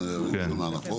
נכון?